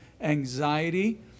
anxiety